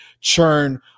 churn